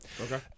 Okay